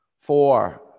four